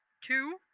Two